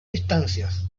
distancias